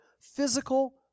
physical